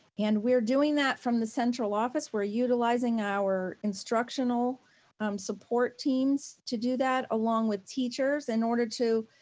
and we're doing that from the central office. we're utilizing our instructional support teams to do that, along with teachers in order to